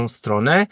stronę